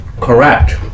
Correct